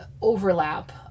overlap